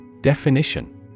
Definition